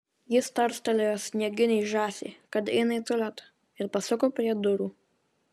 jis tarstelėjo snieginei žąsiai kad eina į tualetą ir pasuko prie durų